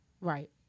Right